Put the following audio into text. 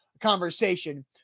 conversation